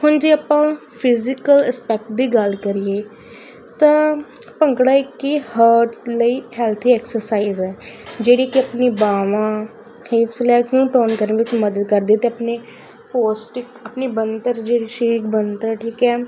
ਹੁਣ ਜੇ ਆਪਾਂ ਫਿਜੀਕਲ ਏਸਪੇਕਟ ਦੀ ਗੱਲ ਕਰੀਏ ਤਾਂ ਭੰਗੜਾ ਇੱਕ ਹਰਟ ਲਈ ਹੈਲਥੀ ਐਕਸਰਸਾਈਜ ਹੈ ਜਿਹੜੀ ਕਿ ਆਪਣੀ ਬਾਹਵਾਂ ਹਿਪਸ ਲੈਗਸ ਨੂੰ ਟੋਨ ਕਰਨ ਵਿੱਚ ਮਦਦ ਕਰਦੇ ਅਤੇ ਆਪਣੀ ਪੋਸਟਿਕ ਆਪਣੀ ਬਣਤਰ ਜਿਹੜੀ ਸਰੀਰ ਦੀ ਬਣਤਰ ਠੀਕ ਹੈ